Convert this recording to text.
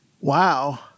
wow